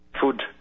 Food